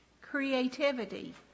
Creativity